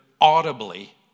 audibly